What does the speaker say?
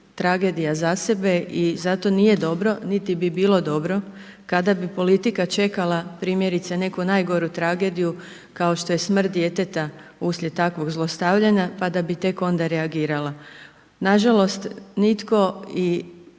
tragedija za sebe i zato nije dobro niti bi bilo dobro kada bi politika čekala primjerice neku najgoru tragediju kao što je smrt djeteta uslijed takvog zlostavljanja pa da bi tek onda reagirala. Nažalost nitko i